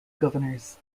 governors